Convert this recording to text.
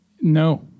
No